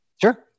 Sure